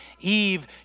Eve